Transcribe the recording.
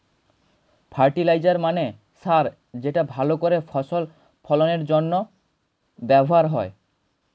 fertiliser মানে সার যেটা ভালো করে ফসল ফলনের জন্য ব্যবহার হয়